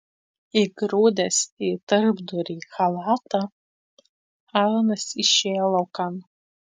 įgrūdęs į tarpdurį chalatą alanas išėjo laukan